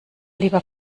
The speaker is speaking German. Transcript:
lieber